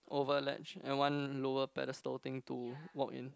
over ledge and one lower pedastal thing to walk in